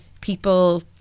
people